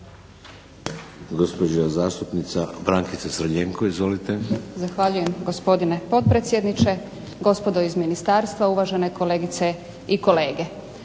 Hvala